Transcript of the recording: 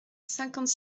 cinquante